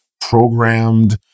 programmed